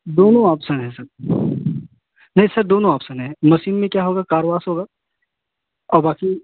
दोनों ऑप्सन हैं सर नहीं सर दोनों ऑप्सन हैं मसीन में क्या होगा कार वाश होगा और बाक़ी